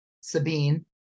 Sabine